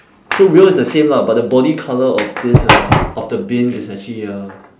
so wheel is the same lah but the body colour of this uh of the bin is actually uh